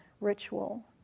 ritual